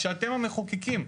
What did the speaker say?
כשאתם המחוקקים,